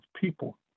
people